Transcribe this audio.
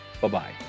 Bye-bye